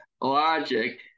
logic